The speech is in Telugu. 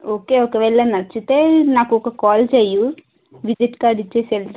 ఓకే ఒకవేళ నచ్చినతే నాకు ఒక కాల్ చేయు విజిట్ కార్డు ఇచ్చేసి వెళ్ళు